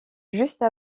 juste